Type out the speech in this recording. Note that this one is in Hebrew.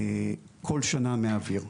כל שנה מהאוויר,